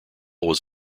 was